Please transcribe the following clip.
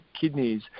kidneys